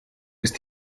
ist